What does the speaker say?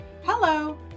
Hello